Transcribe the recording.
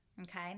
Okay